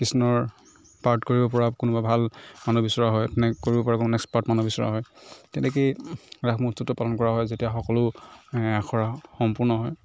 কৃষ্ণৰ পাৰ্ট কৰিব পৰা কোনোবা ভাল মানুহ বিচৰা হয় কোনে কৰিব পাৰিব মানে এক্সপাৰ্ট মানুহ বিচৰা হয় তেনেকৈয়ে ৰাস মহোৎসৱটো পালন কৰা হয় যেতিয়া সকলো আখৰা সম্পূৰ্ণ হয়